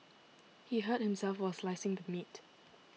he hurt himself while slicing the meat